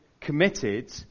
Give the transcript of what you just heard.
committed